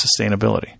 sustainability